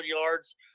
yards